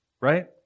Right